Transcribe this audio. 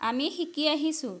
আমি শিকি আহিছোঁ